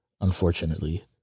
unfortunately